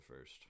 first